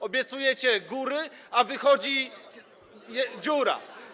Obiecujecie góry, a wychodzi dziura.